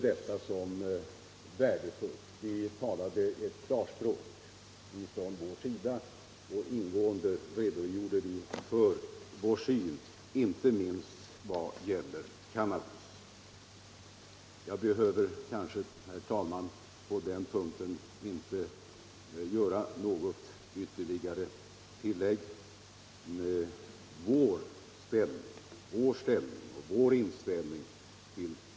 Från vår sida talade vi då också klarspråk och redogjorde ingående för vår syn på narkotikafrågorna, inte minst när det gäller cannabis. Vår inställning till cannabis är oförändrad.